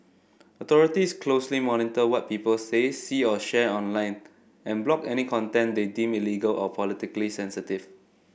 authorities closely monitor what people say see or share online and block any content they deem illegal or politically sensitive